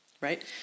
right